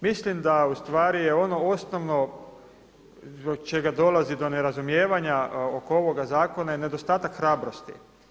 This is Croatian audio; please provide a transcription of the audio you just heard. Mislim da ustvari je ono osnovno zbog čega dolazi do nerazumijevanja oko ovoga zakona je nedostatak hrabrosti.